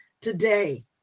today